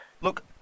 Look